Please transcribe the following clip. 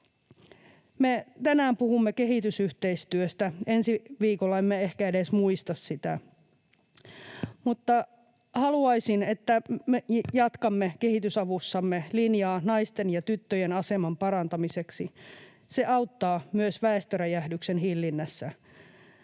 Me tänään puhumme kehitysyhteistyöstä. Ensi viikolla emme ehkä edes muista sitä, mutta haluaisin, että me jatkamme kehitysavussamme linjaa naisten ja tyttöjen aseman parantamiseksi. Se auttaa myös väestöräjähdyksen hillinnässä.